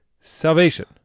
salvation